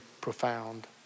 profound